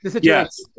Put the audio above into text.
Yes